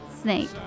snake